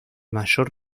mayor